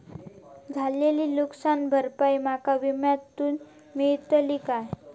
झालेली नुकसान भरपाई माका विम्यातून मेळतली काय?